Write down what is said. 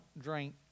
drink